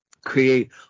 create